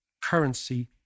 currency